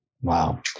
Wow